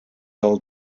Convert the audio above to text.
old